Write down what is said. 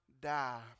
die